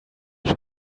try